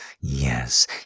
yes